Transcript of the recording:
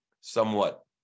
somewhat